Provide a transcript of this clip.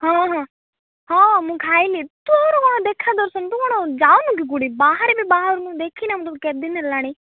ହଁ ହଁ ହଁ ମୁଁ ଖାଇଲି ତୋର କଣ ଦେଖା ଦର୍ଶନ ତୁ କ'ଣ ଯାଉନୁ କି କୋଉଟି ବାହାରେ ବି ବାହାରୁନୁ ଦେଖିନାଇଁ ତୋତେ ମୁଁ କେତେ ଦିନ ହେଲାଣି